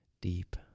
deep